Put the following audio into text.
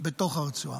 בתוך הרצועה.